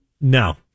No